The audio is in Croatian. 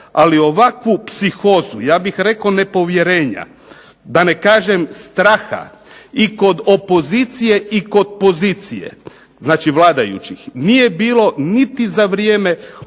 ali ovakvu psihozu ja bih rekao nepovjerenja da ne kažem straha i kod opozicije i kod pozicije, znači vladajućih. Nije bilo niti za vrijeme ono